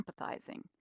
empathizing